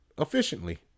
efficiently